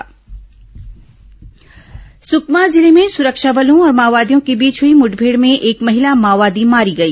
माओवादी मुठमेड़ स्कमा जिले में सुरक्षा बलों और माओवादियों के बीच हुई मुठभेड़ में एक महिला माओवादी मारी गई